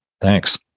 Thanks